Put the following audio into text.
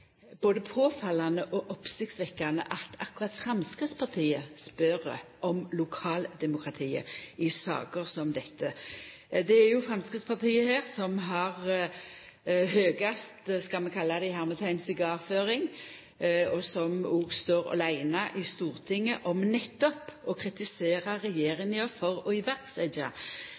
både påfallande og oppsiktsvekkjande at akkurat Framstegspartiet spør om lokaldemokratiet i saker som dette. Det er jo Framstegspartiet som her har høgast – skal vi kalla det – «sigarføring», og som òg står aleine i Stortinget om nettopp å kritisera regjeringa for å setja i